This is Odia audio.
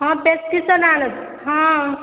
ହଁ ପ୍ରେସ୍ପିକ୍ସନ୍ ଆଣନ୍ତୁ ହଁ